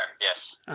yes